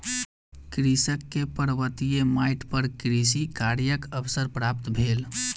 कृषक के पर्वतीय माइट पर कृषि कार्यक अवसर प्राप्त भेल